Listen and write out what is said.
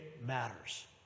matters